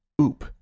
oop